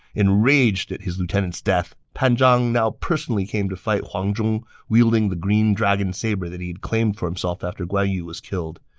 enraged at his lieutenant's death, pan zhang now personally came to fight huang zhong, wieldng the green dragon saber that he had claimed for himself after guan yu was killed.